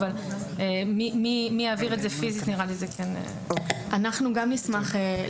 אבל מי יעביר את זה פיזית --- אני ליאורה